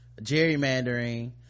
gerrymandering